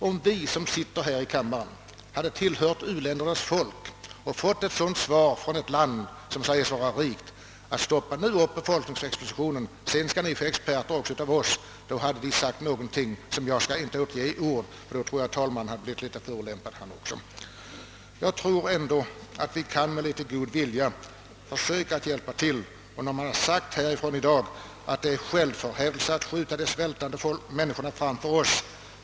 Om vi som sitter här i kammaren hade tillhört något u-landsfolk och fått ett sådant besked från ett land som säger sig vara rikt, så skulle vi säkert ha uttryckt vår uppfattning med ord, som jag här inte skall nämna, ty då tror jag att herr talmannen blir lika förolämpad, han också. Jag tror att vi med litet god vilja kan hjälpa till. Det har sagts i debatten, att vi gör oss skyldiga till en självförhävelse om vi skjuter de svältande folken framför oss.